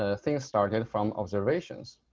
ah things started from observations.